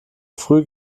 früh